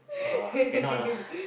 uh cannot lah